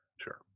Sure